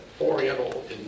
Oriental